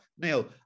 Neil